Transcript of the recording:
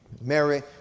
Mary